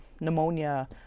pneumonia